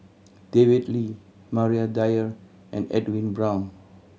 David Lee Maria Dyer and Edwin Brown